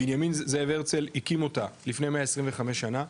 בנימין זאב הרצל הקים אותה לפני 125 שנה,